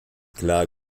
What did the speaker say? klar